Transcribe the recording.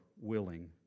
willing